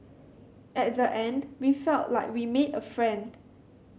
at the end we felt like we made a friend